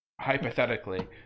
hypothetically